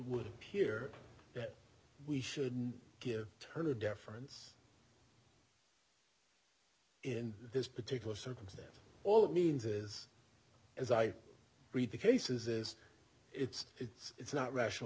would appear that we shouldn't turn a difference in this particular circumstance all it means is as i read the cases is it's it's not rational